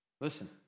Listen